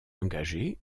engagé